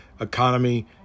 economy